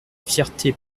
fierté